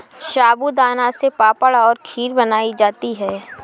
साबूदाना से पापड़ और खीर बनाई जाती है